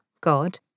God